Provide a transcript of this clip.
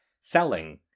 selling